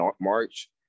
March